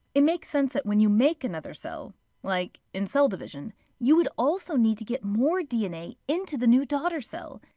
it makes sense that when you make another cell like in cell division you would also need to get more dna into the new daughter cell.